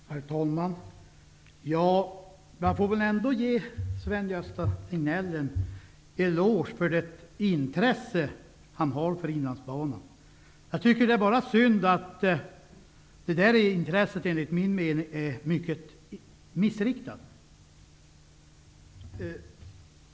Herr talman! Jag får väl ändå ge Sven-Gösta Signell en eloge för hans intresse för Inlandsbanan. Det är bara synd att det intresset enligt min mening är missriktat.